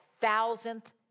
thousandth